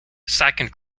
second